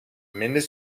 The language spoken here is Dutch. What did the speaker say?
minder